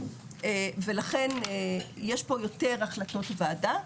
ולכן יש פה יותר החלטות וועדה,